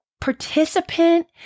participant